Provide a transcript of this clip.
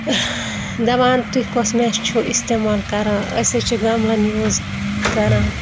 دَپان تُہۍ کۄس میٚژ چھو استعمال کَران أسۍ حظ چھِ گَملَن یوٗز کَران